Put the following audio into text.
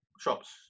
shops